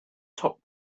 top